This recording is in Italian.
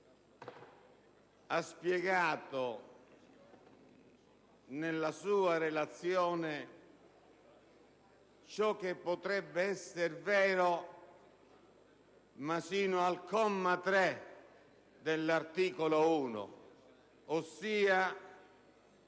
ha spiegato nella sua relazione ciò che potrebbe esser vero, ma solo sino al comma 3 dell'articolo 1, ossia